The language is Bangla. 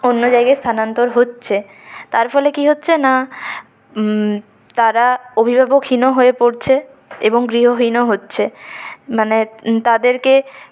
অন্য জায়গায় স্থানান্তর হচ্ছে তার ফলে কি হচ্ছে না তারা অভিভাবকহীনও হয়ে পরছে এবং গৃহহীনও হচ্ছে মানে তাদেরকে